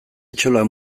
etxolak